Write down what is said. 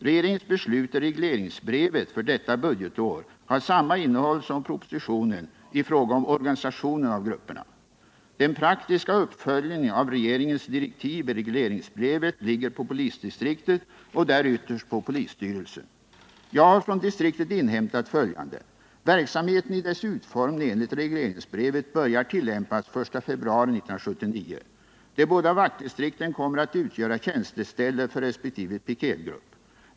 Regeringens beslut i regleringsbrevet för detta budgetår har samma innehåll som propositionen i fråga om organisationen av grupperna. Den praktiska uppföljningen av regeringens direktiv i regleringsbrevet ligger på polisdistriktet och där ytterst på polisstyrelsen. Jag har från distriktet inhämtat följande: Verksamheten i dess utformning enligt regleringsbrevet börjar tillämpas den 1 februari 1979. De båda vaktdistrikten kommer att utgöra tjänsteställe för resp. piketgrupp.